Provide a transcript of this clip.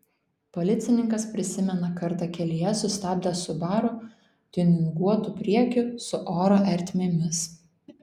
policininkas prisimena kartą kelyje sustabdęs subaru tiuninguotu priekiu su oro ertmėmis